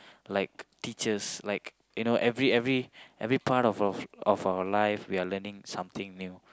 like teachers like you know every every every part of of of our life we are learning something new